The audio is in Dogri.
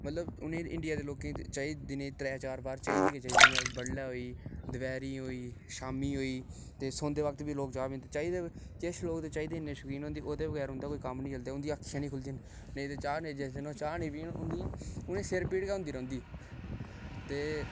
मतलब उ'ने ईं इंडिया दे लोकें गी चाही दी दिनें दी त्रैऽ चार बार चाही दी गै चाहिदी जि'यां बडलै होई दपैह्ऱी होई शामीं होई ते सौंदे वक्त बी लोक चाह् पींदे ते चाही दी ते किश लोक चाही दे इन्ने शौकीन होंदे ते ओह्दे बगैर उं'दा कोई कम्म निं चलदा ऐ उं'दियां अक्खियां निं खु'ल्लदियां न नेईं ते जिस दिन ओह् चाह् निं पीन ते उं'दियां उ'नें ई सिर पीड़ गै होंदी रौंह्दी ते